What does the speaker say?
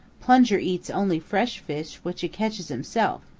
plunger eats only fresh fish which he catches himself,